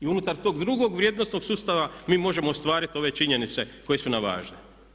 I unutar tog drugog vrijednosnog sustava mi možemo ostvariti ove činjenice koje su nam važne.